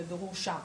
בירור שם.